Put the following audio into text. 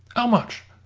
ow much?